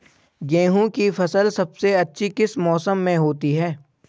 गेंहू की फसल सबसे अच्छी किस मौसम में होती है?